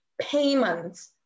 payments